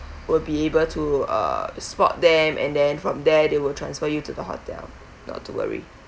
will be able to uh spot them and then from there they will transfer you to the hotel not to worry